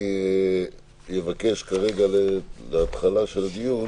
אני אבקש בהתחלה של הדיון